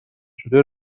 شده